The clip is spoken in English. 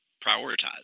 prioritize